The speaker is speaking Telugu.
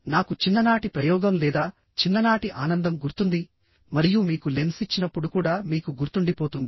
నాకు చిన్ననాటి ప్రయోగం లేదా చిన్ననాటి ఆనందం గుర్తుంది మరియు మీకు లెన్స్ ఇచ్చినప్పుడు కూడా మీకు గుర్తుండిపోతుంది